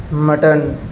mutton